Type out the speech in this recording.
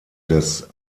des